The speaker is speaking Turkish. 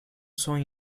son